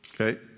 Okay